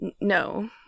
No